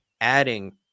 adding